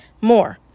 More